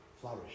flourish